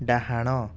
ଡାହାଣ